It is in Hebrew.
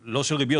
ריביות.